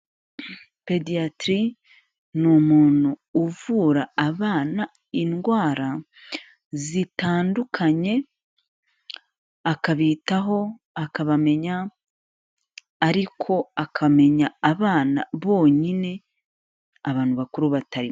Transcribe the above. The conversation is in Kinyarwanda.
Pediatri ni umuntu uvura abana indwara, zitandukanye, akabitaho, akabamenya, ariko akamenya abana bonyine, abantu bakuru batarimo.